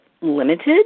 limited